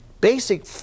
basic